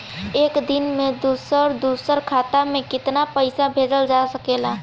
एक दिन में दूसर दूसर खाता में केतना पईसा भेजल जा सेकला?